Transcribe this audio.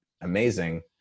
amazing